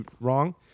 wrong